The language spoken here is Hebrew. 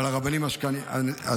אבל הרבנים האשכנזים,